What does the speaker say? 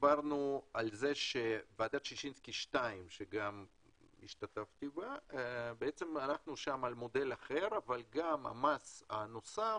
דברנו שוועדת ששינסקי 2 הלכנו על מודל אחר אבל גם המס הנוסף